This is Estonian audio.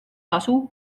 tasu